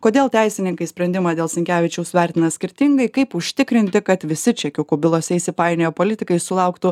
kodėl teisininkai sprendimą dėl sinkevičiaus vertina skirtingai kaip užtikrinti kad visi čekiukų bylose įsipainioję politikai sulauktų